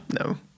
no